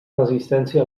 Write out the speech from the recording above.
resistència